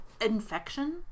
infection